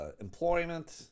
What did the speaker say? employment